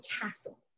castle